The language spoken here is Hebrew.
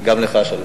גם לך, שלום.